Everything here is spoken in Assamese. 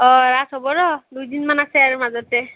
অঁ ৰাস হ'ব ৰ' দুইদিনমান আছে আৰু মাজতে